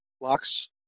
locks